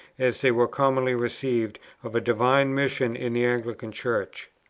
as they were commonly received, of a divine mission in the anglican church.